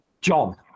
John